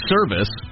Service